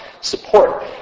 support